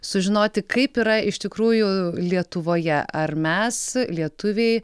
sužinoti kaip yra iš tikrųjų lietuvoje ar mes lietuviai